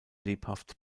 lebhaft